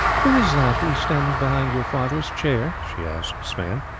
who is that who is standing behind your father's chair? she asked sweyn.